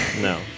no